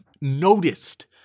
noticed